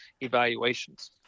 evaluations